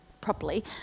properly